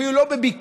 אפילו לא בביקורת,